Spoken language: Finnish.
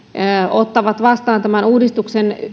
ottavat vastaan tämän uudistuksen